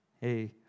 hey